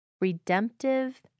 redemptive